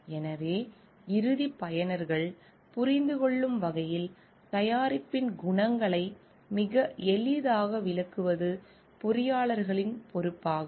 எனவே இறுதிப் பயனர்கள் புரிந்துகொள்ளும் வகையில் தயாரிப்பின் குணங்களை மிக எளிதாக விளக்குவது பொறியாளர்களின் பொறுப்பாகும்